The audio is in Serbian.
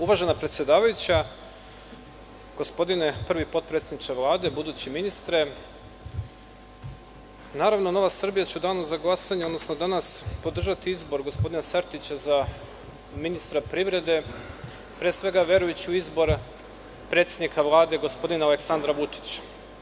Uvažena predsedavajuća, gospodine prvi potpredsedniče Vlade, budući ministre, naravno, NS će u danu za glasanje, odnosno danas, podržati izbor gospodina Sertića za ministra privrede, pre svega, verujući u izbor predsednika Vlade gospodina Aleksandra Vučića.